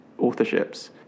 authorships